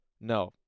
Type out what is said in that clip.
No